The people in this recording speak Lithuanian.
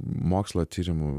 mokslo tyrimų